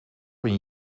een